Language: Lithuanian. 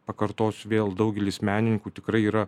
pakartosiu vėl daugelis menininkų tikrai yra